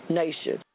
nation